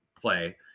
play